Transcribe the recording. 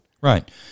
Right